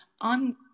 on